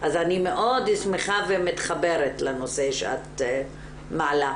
אז אני מאוד שמחה ומתחברת לנושא שאת מעלה.